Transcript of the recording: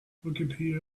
wikipedia